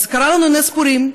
אז קרה לנו נס פורים.